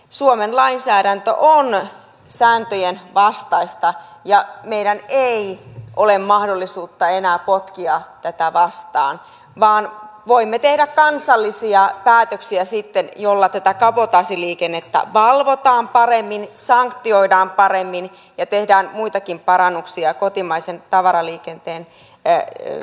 suomen lainsäädäntö on sääntöjen vastaista ja meillä ei ole mahdollisuutta enää potkia tätä vastaan vaan voimme tehdä kansallisia päätöksiä joilla tätä kabotaasiliikennettä valvontaan paremmin sanktioidaan paremmin ja tehdään muitakin parannuksia kotimaisen tavaraliikenteen edistämiseksi